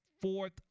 Fourth